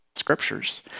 scriptures